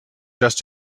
just